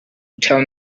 tell